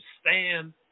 stand